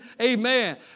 Amen